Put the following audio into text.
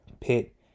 pit